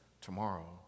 tomorrow